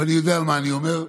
ואני יודע מה אני אומר,